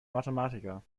mathematiker